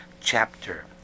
chapter